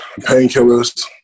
painkillers